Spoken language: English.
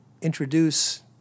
introduce